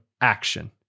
action